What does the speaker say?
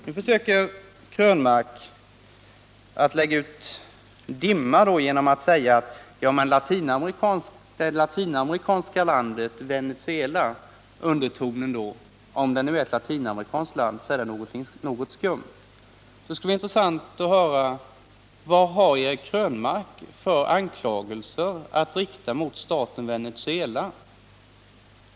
Nu försöker Eric Krönmark lägga ut dimma genom att tala om det latinamerikanska landet, Venezuela, med en viss underton — om det är ett latinamerikanskt land är det något skumt. Det skulle vara intressant att höra vad Eric Krönmark har för anklagelser att rikta mot staten Venezuela.